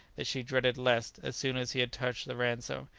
that she dreaded lest, as soon as he had touched the ransom,